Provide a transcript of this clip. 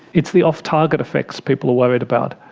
it's the off-target effects people are worried about.